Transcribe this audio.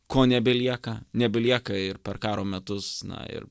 ko nebelieka nebelieka ir per karo metus na ir